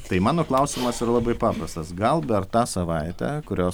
tai mano klausimas yra labai paprastas gal dar tą savaitę kurios